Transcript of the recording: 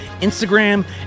Instagram